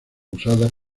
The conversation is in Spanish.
usadas